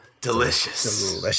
Delicious